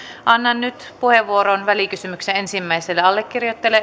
annan nyt puheenvuoron välikysymyksen ensimmäiselle allekirjoittajalle